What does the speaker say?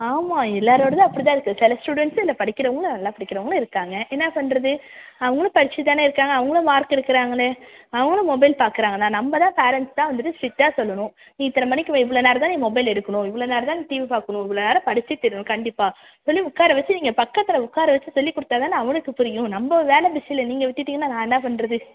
ஆமாம் எல்லோரோடதும் அப்படி தான் இருக்குது சில ஸ்டூடெண்ட்ஸ் இல்லை படிக்கிறவங்களும் நல்லா படிக்கிறவங்களும் இருக்காங்க என்ன பண்ணுறது அவர்களும் படிச்சுட்டு தான இருக்காங்க அவர்களும் மார்க் எடுக்கிறாங்களே அவர்களும் மொபைல் பார்க்கிறாங்க தான் நம்ம தான் பேரெண்ட்ஸ் தான் வந்துட்டு ஸ்ட்ரிட்டாக சொல்லணும் நீ இத்தனை மணிக்கு இவ்வளோ நேரம் தான் நீ மொபைல் எடுக்கணும் இவ்வளோ நேரம் தான் நீ டிவி பார்க்குணும் இவ்வளோ நேரம் படித்தே தீரணும் கண்டிப்பாக சொல்லி உட்கார வச்சு நீங்கள் பக்கத்தில் உட்கார வச்சு சொல்லிக்கொடுத்தா தானே அவனுக்கு புரியும் நம்ப ஒரு வேலை பிஸியில் நீங்கள் விட்டிட்டிங்கன்னால் நான் என்னப் பண்ணுறது